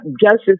justice